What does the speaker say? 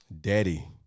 daddy